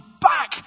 back